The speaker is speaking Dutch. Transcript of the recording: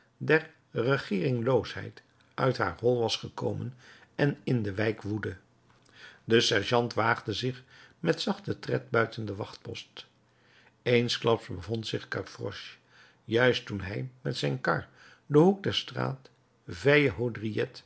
der regeeringloosheid uit haar hol was gekomen en in de wijk woedde de sergeant waagde zich met zachten tred buiten den wachtpost eensklaps bevond zich gavroche juist toen hij met zijn kar den hoek der straat